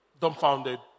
dumbfounded